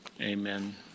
Amen